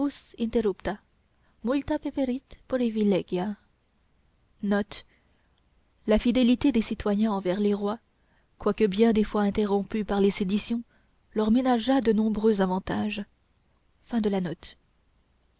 la fidélité des citoyens envers les rois quoique bien des fois interrompues par les séditions leur ménagea de nombreux avantages